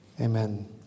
amen